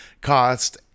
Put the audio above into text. cost